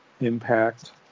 impact